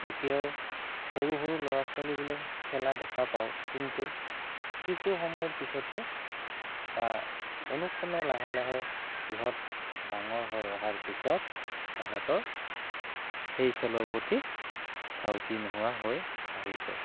এতিয়াও সৰু সৰু ল'ৰা ছোৱালী বোৰে খেলা দেখা পাওঁ কিন্তু কিছু সময়ৰ পিছতে ক্ৰমে ক্ৰমে লাহে লাহে সিহঁত ডাঙৰ হৈ অহাৰ পিছত তাহাঁতৰ সেই খেলৰ প্ৰতি ধাওতি নোহোৱা হৈ আহিছে